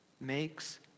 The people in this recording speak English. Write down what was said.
makes